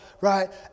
right